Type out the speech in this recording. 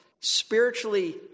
spiritually